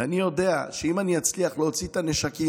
ואני יודע שאם אני אצליח להוציא את הנשקים